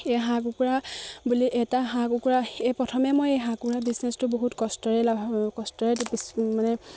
এই হাঁহ কুকুৰা বুলি এটা হাঁহ কুকুৰা এই প্ৰথমে মই এই হাঁহ কুকুৰা বিজনেছটো বহুত কষ্টৰে লাভ কষ্টৰে মানে